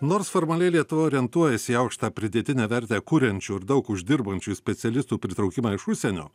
nors formaliai lietuva orientuojasi į aukštą pridėtinę vertę kuriančių ir daug uždirbančių specialistų pritraukimą iš užsienio